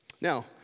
Now